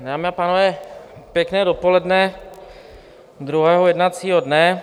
Dámy a pánové, pěkné dopoledne druhého jednacího dne.